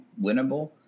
winnable